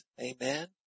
amen